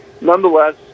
Nonetheless